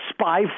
spy